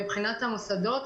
מבחינת המוסדות,